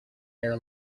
air